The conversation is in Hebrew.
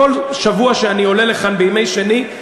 בכל שבוע שאני עולה לכאן ביום שני,